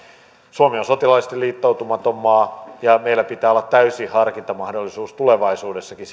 suomi on sotilaallisesti liittoutumaton maa ja meillä pitää olla täysi harkintamahdollisuus tulevaisuudessakin